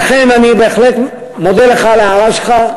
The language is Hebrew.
לכן אני מודה לך על ההערה שלך.